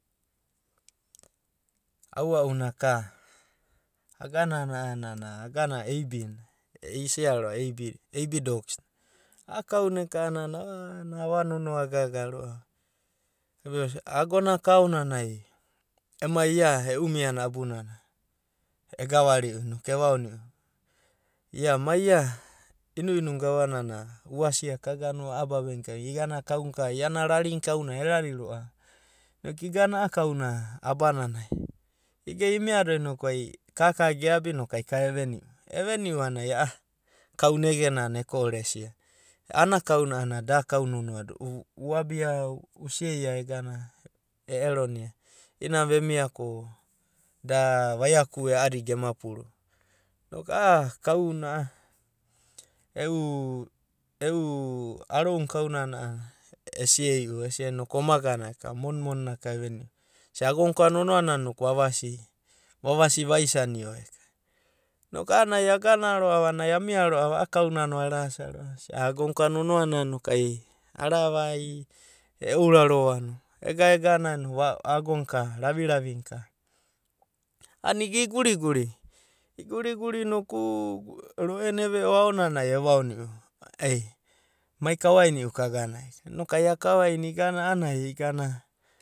V’ava’una ka a’anana a’ganana aibi, isa roa’va eibi doks na, a’a kamia eka ananai avano noa gava ga’ga roa’va agonaka aonanai emai ia eu amia na abunanai gegavari mai, ia mai ia inu inu na gava nana uasia gagana a’ababe nai akei igana, iana kau na ka rani nakau nana, noku igana a’a kauna abunanai, igana imia do noko ai geabi noku ai nana ka geveniu, gevenia a’anana ai kauna ege nana esia a’na kauna a’anana da ka uma venia uabia usei a ererona, inanai vemia ko da vai oku e a’adina gemia paru, noku a’a kauna, a’anana a’a arounai kaunane esiamai oma gana, eu moni ra ka evenia, esia aga naka vavasi a’ana vaisanio. A’anana aigana a’annana amia roa’va a’a kaura a’rasia roa’va. Agonaka nono ana moku ai erauro va egana noku ago na ka ravai ravi naka aonanai a’anana igana iguri guri, roe na eve o aonainai eva oniu mai kaoainia gagana.